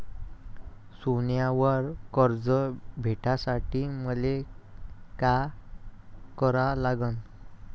सोन्यावर कर्ज भेटासाठी मले का करा लागन?